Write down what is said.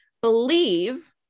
believe